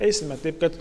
eisime taip kad